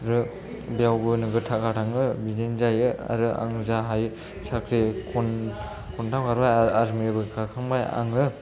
आरो बेयावबो नोगोद थाखा थाङो बिदिनो जायो आरो आंबो जा हायो साख्रि खन खनथाम खारबाय आर्मि बो खारखांबाय आङो